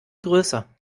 größer